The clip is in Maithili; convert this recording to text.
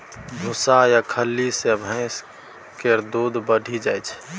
भुस्सा आ खल्ली सँ भैंस केर दूध बढ़ि जाइ छै